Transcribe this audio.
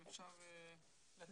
אם אפשר להתחבר.